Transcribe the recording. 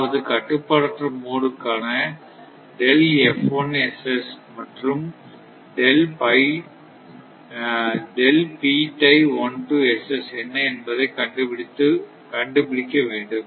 அதாவது கட்டுப்பாடற்ற மோட் காண மற்றும் என்ன என்பதை கண்டுபிடிக்க வேண்டும்